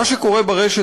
מה שקורה ברשת,